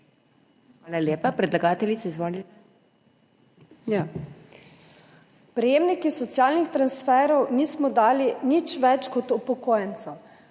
Prejemnikom socialnih transferov nismo dali nič več kot upokojencem,